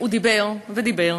הוא דיבר ודיבר